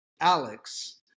Alex